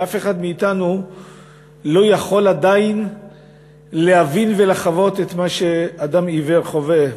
ואף אחד מאתנו לא יכול עדיין להבין ולחוות את מה שאדם עיוור חווה.